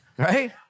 Right